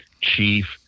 chief